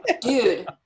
Dude